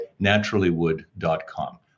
naturallywood.com